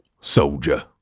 soldier